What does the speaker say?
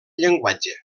llenguatge